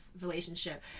relationship